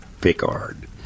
Picard